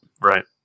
Right